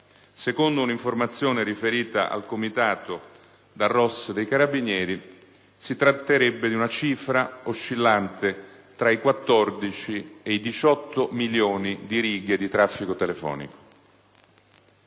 secondo un'informazione riferita al Comitato dal ROS dei Carabinieri, si tratterebbe di una cifra oscillante tra i 14 e i 18 milioni di righe di traffico telefonico.